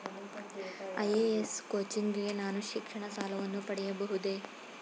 IAS coaching ಗೆ ನಾನು ಶಿಕ್ಷಣ ಸಾಲವನ್ನು ಪಡೆಯಬಹುದೇ?